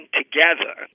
together